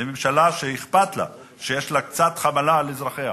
ממשלה שאכפת לה, שיש לה קצת חמלה על אזרחיה.